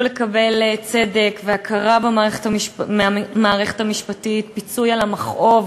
לקבל צדק והכרה מהמערכת המשפטית ופיצוי על המכאוב,